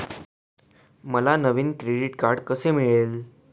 मला नवीन credit card कसे मिळेल?